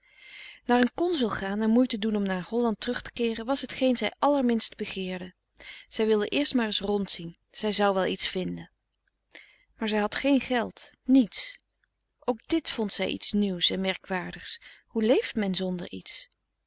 naar een consul gaan en moeite doen om naar holland terug te keeren was hetgeen zij allerminst begeerde zij wilde eerst maar eens rondzien zij zou wel iets vinden maar zij had geen geld niets ook dit vond zij iets nieuws en merkwaardigs hoe leeft men zonder iets